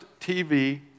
TV